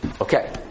Okay